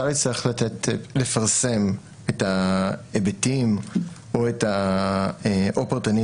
השר יצטרך לפרסם את ההיבטים או פרטנית